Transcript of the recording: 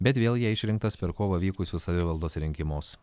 bet vėl į ją išrinktas per kovą vykusius savivaldos rinkimus